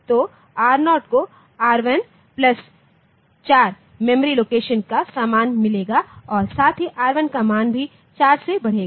तोR0 को R14 memory location का सामान मिलेगा और साथ ही R1 का मान भी 4 से बढ़ेगा